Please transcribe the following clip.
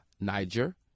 Niger